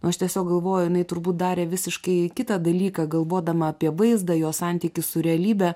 aš tiesiog galvoju jinai turbūt darė visiškai kitą dalyką galvodama apie vaizdą jo santykį su realybe